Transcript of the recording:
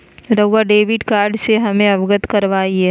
रहुआ debit card से हमें अवगत करवाआई?